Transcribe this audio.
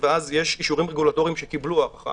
אז יש אישורים רגולטורים שקיבלו הארכה